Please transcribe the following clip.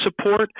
support